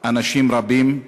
אנשים רבים.